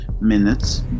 minutes